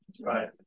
Right